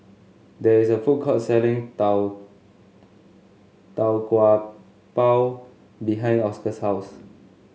there is a food court selling Tau Tau Kwa Pau behind Oscar's house